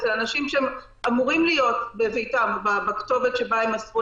אצל אנשים שאמורים להיות בביתם בכתובת שאותה הם מסרו